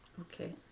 Okay